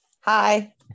Hi